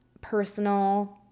personal